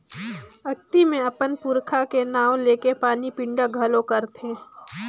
अक्ती मे अपन पूरखा के नांव लेके पानी पिंडा घलो करथे